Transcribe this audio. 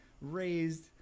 raised